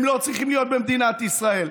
הם לא צריכים להיות במדינת ישראל.